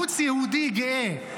ערוץ יהודי גאה,